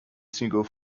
single